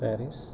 Paris